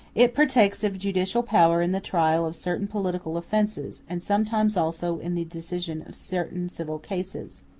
it partakes of judicial power in the trial of certain political offences, and sometimes also in the decision of certain civil cases.